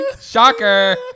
Shocker